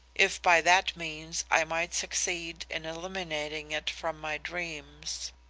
if by that means i might succeed in eliminating it from my dreams.